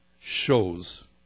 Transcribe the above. shows